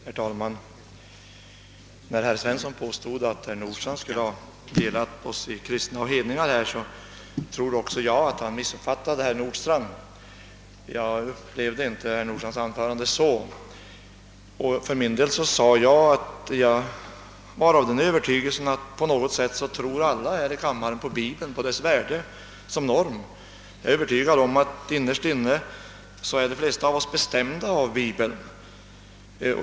Herr talman! När herr Svensson i Kungälv påstod att herr Nordstrandh skulle ha delat upp oss i kristna och hedningar, tror också jag att han missuppfattade herr Nordstrandh. Jag upplevde inte herr Nordstrandhs anförande på så sätt. För min del sade jag att jag var av den övertygelsen att alla här i kammaren på något sätt tror på Bibeln och dess värde som norm. Jag är övertygad om att innerst inne är de flesta av oss bestämda av Bibeln.